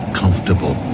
comfortable